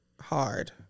Hard